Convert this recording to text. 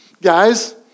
guys